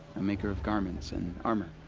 a maker of garments, and armor.